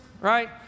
right